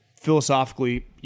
philosophically